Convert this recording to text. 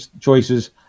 choices